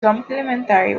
complimentary